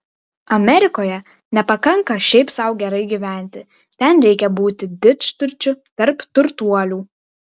amerikoje nepakanka šiaip sau gerai gyventi ten reikia būti didžturčiu tarp turtuolių